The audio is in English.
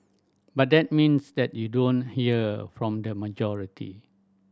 but that means that you don't want hear from the majority